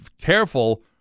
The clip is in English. careful